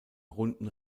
runden